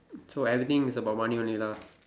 so everything is about money only lah